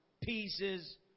pieces